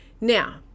Now